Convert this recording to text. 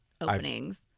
openings